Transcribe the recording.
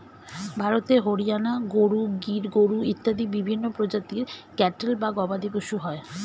ভারতে হরিয়ানা গরু, গির গরু ইত্যাদি বিভিন্ন প্রজাতির ক্যাটল বা গবাদিপশু হয়